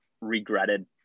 regretted